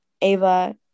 Ava